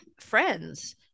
friends